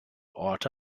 orte